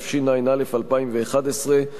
התשע"א 2011,